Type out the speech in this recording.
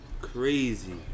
crazy